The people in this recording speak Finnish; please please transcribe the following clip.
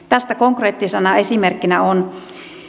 tästä konkreettisena esimerkkinä on